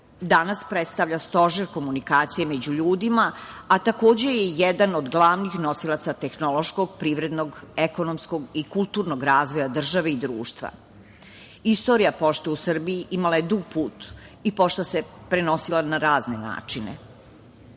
Danas predstavlja stožer komunikacije među ljudima, a takođe je jedan od glavnih nosilaca tehnološkog, privrednog, ekonomskog i kulturnog razvoja države i društva. Istorija pošte u Srbiji imala je dug put i pošta se prenosila na razne načine.